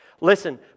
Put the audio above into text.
Listen